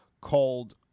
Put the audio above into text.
called